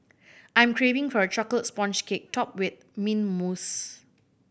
I am craving for a chocolate sponge cake topped with mint mousse